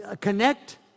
connect